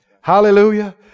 Hallelujah